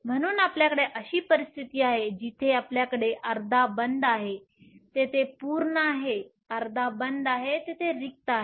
म्हणून आपल्याकडे अशी परिस्थिती आहे जिथे आपल्याकडे अर्धा बंध आहे तेथे पूर्ण आहे अर्धा बंध आहे तेथे रिक्त आहे